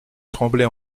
tremblay